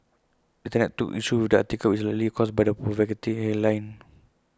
Internet took issue with the article which is likely caused by the provocative headline